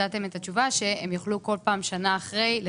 נתתם תשובה שבכל שנה עוקבת הם יוכלו לתקן.